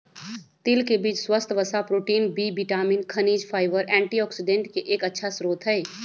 तिल के बीज स्वस्थ वसा, प्रोटीन, बी विटामिन, खनिज, फाइबर, एंटीऑक्सिडेंट के एक अच्छा स्रोत हई